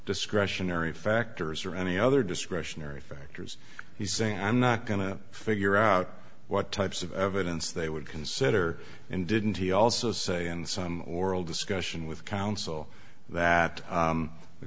discretionary factors or any other discretionary factors he's saying i'm not going to figure out what types of evidence they would consider and didn't he also say in some oral discussion with counsel that